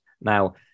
now